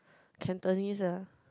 Cantonese ah